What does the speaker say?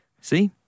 See